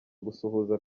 gusuhuza